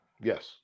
Yes